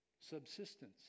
subsistence